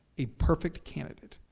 a perfect candidate.